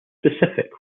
specific